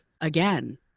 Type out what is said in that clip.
again